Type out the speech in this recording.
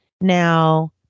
Now